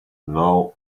now